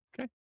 Okay